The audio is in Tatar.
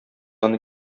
аны